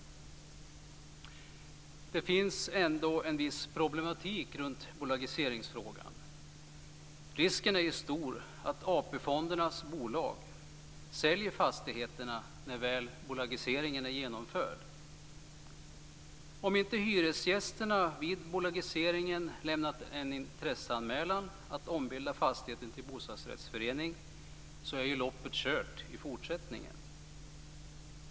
Det finns ändå en viss problematik runt bolagiseringsfrågan. Risken är stor att AP-fondernas bolag säljer fastigheterna när väl bolagiseringen är genomförd. Om inte hyresgästerna vid bolagiseringen lämnat en intresseanmälan att ombilda fastigheten till bostadsrättsförening är loppet kört i fortsättningen.